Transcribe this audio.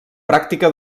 pràctica